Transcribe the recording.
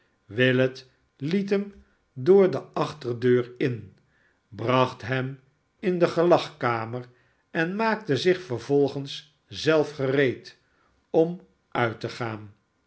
willet liet hem door de achterdeur in bracht hem in de gelagkamer en maakte zich vervolgens zelf gereed om uit te gaan